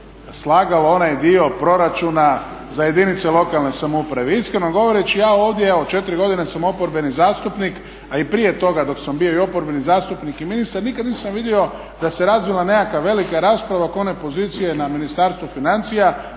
slagalo onaj dio proračuna za jedinice lokalne samouprave. Iskreno govoreći, ja ovdje evo 4 godine sam oporbeni zastupnik, a i prije toga dok sam bio i oporbeni zastupnik i ministar nikad nisam vidio da se razvila nekakva velika rasprava oko one pozicije na Ministarstvu financija,